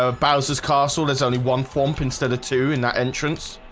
ah bowser's castle there's only one form instead of two in that entrance